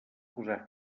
posar